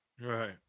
Right